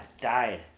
died